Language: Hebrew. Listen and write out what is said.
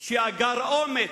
היום,